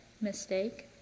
mistake